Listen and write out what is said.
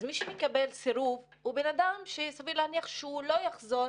אז מי שמקבל סירוב הוא בן אדם שסביר להניח שהוא לא יחזור